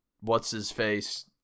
what's-his-face